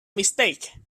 mistake